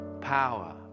Power